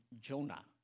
Jonah